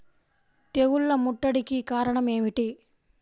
తెగుళ్ల ముట్టడికి కారణం ఏమిటి?